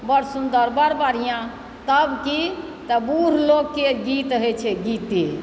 बड़ सुन्दर बड़ बढ़िआँ तब की तऽ बुढ़ लोकके गीत होइ छै गीते